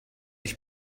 sich